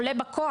עולה בכוח.